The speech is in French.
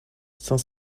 cinq